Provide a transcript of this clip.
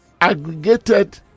aggregated